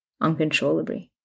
uncontrollably